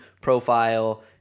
profile